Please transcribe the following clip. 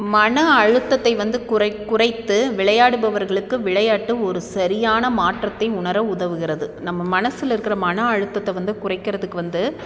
மன அழுத்தத்தை வந்து குறை குறைத்து விளையாடுபவர்களுக்கு விளையாட்டு ஒரு சரியான மாற்றத்தை உணர உதவுகிறது நம்ம மனசில் இருக்கிற மன அழுத்தத்தை வந்து குறைக்கிறதுக்கு வந்து